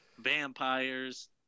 Vampires